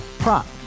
Prop